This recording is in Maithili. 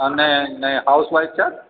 नहि हाउस वाइफ छथि